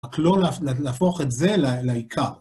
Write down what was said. רק לא להפוך את זה ל... לעיקר.